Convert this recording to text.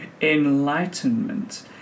enlightenment